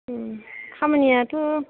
खामानियाथ'